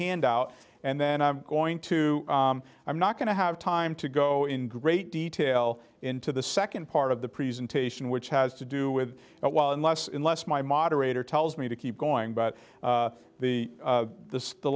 handout and then i'm going to i'm not going to have time to go in great detail into the second part of the presentation which has to do with that well unless unless my moderator tells me to going but the the the